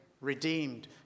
redeemed